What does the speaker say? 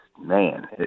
man